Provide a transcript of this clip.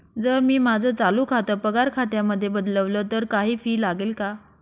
जर मी माझं चालू खातं पगार खात्यामध्ये बदलवल, तर काही फी लागेल का?